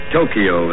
Tokyo